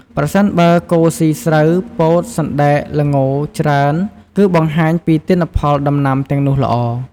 ប្រសិនបើគោស៊ី ស្រូវ ពោត សណ្តែក ល្ង ច្រើន គឺបង្ហាញពីទិន្នផលដំណាំទាំងនោះល្អ។